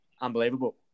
unbelievable